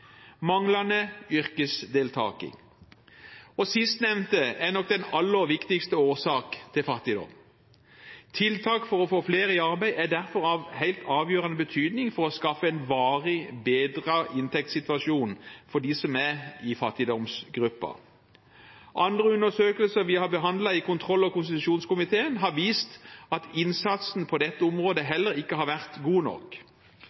manglende yrkesdeltakelse. Det sistnevnte er nok den aller viktigste årsaken til fattigdom. Tiltak for å få flere i arbeid er derfor av helt avgjørende betydning for å skaffe en varig bedret inntektssituasjon for dem som er i fattigdomsgruppen. Andre undersøkelser vi har behandlet i kontroll- og konstitusjonskomiteen, har vist at innsatsen på dette området heller ikke har vært god nok.